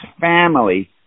family